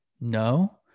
No